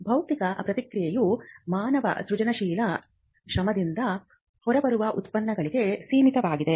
ಬೌದ್ಧಿಕ ಪ್ರಕ್ರಿಯೆಯು ಮಾನವ ಸೃಜನಶೀಲ ಶ್ರಮದಿಂದ ಹೊರಬರುವ ಉತ್ಪನ್ನಗಳಿಗೆ ಸೀಮಿತವಾಗಿದೆ